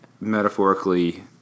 Metaphorically